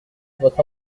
votre